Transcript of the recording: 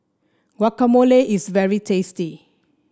guacamole is very tasty